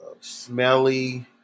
smelly